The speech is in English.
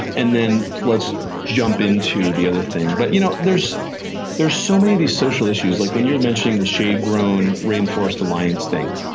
and then, let's jump into the other thing. but you know, there's there's so many of these social issues. like when you're mentioning the shade grown rainforest alliance thing,